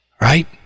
right